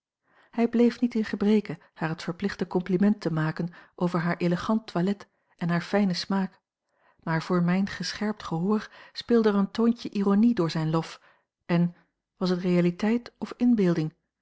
hij bleef niet in gebreke haar het verplichte compliment te maken over haar elegant toilet en haar fijnen smaak maar voor mijn gescherpt gehoor speelde er een toontje ironie door zijn lof en was het realiteit of inbeelding